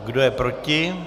Kdo je proti?